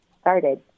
started